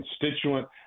constituent